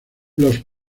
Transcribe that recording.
los